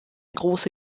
große